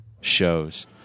shows